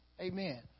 Amen